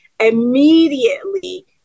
immediately